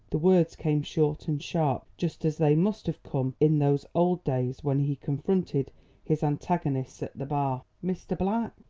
the words came short and sharp just as they must have come in those old days when he confronted his antagonists at the bar. mr. black.